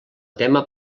tema